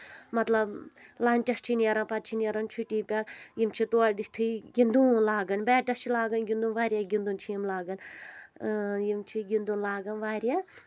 مطلب لَنچَس چھِ نیرَان پَتہٕ چھِ نیرَان چھُٹی پؠٹھ یِم چھِ تورٕ یِتھٕے گِنٛدُن لاگان بیٹس چھِ لاگان گِنٛدُن واریاہ گِنٛدُن چھِ یِم لاگان یِم چھِ گِنٛدُن لاگان واریاہ